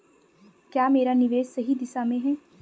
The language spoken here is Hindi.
क्या मेरा निवेश सही दिशा में है?